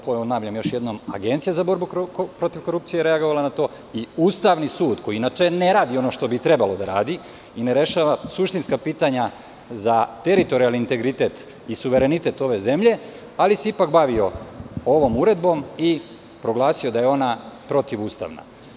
Ponavljam još jednom, Agencija za borbu protiv korupcije je reagovala na to i Ustavni sud, koji inače ne radi ono što bi trebalo da radi i ne rešava suštinska pitanja za teritorijalni integritet i suverenitet ove zemlje, ali se ipak bavio ovom uredbom i proglasio da je ona protivustavna.